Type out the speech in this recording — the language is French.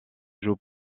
joue